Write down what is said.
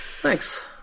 Thanks